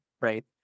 right